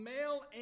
male